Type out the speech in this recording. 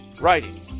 Writing